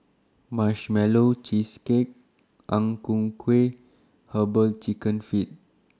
Marshmallow Cheesecake Ang Ku Kueh Herbal Chicken Feet